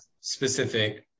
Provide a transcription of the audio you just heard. specific